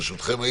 ברשותכם,